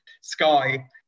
Sky